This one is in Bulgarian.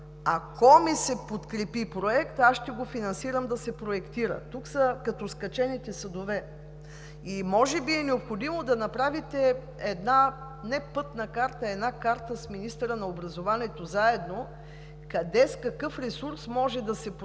„Ако ми се подкрепи проекта, аз ще го финансирам да се проектира.“ Тук са като скачените съдове и може би е необходимо да направите една не пътна карта, една карта с министъра на образованието заедно – къде с какъв ресурс може да се подпомогне,